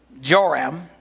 Joram